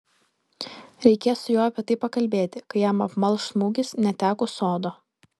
reikės su juo apie tai pakalbėti kai jam apmalš smūgis netekus sodo